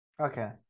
Okay